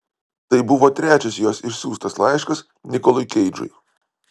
tai buvo trečias jos išsiųstas laiškas nikolui keidžui